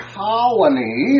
colony